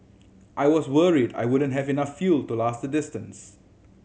I was worried I wouldn't have enough fuel to last the distance